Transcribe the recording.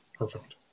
Perfect